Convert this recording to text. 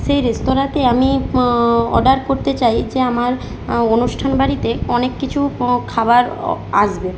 সেই রেস্তোরাঁতে আমি অর্ডার করতে চাই যে আমার অনুষ্ঠান বাড়িতে অনেক কিছু খাবার অ আসবে